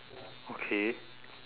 okay